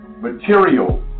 material